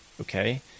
okay